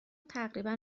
تقریبا